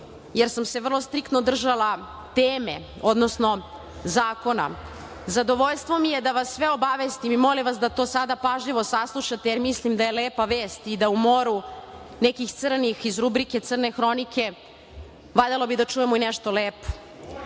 jer sam se vrlo striktno držala teme, odnosno zakona. Zadovoljstvo mi je da vas sve obavestim i molim vas da to sada pažljivo saslušate, jer mislim da je lepa vest i da u moru nekih crnih iz rubrike crne hronike valjalo bi da čujemo i nešto lepo.U